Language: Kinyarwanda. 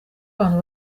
abantu